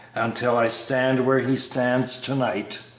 until i stand where he stands to-night!